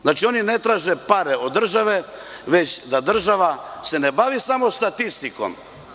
Znači, oni ne traže pare od države, već da država se ne bavi samo statistikom.